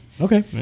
Okay